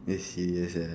eh serious ah